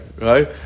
right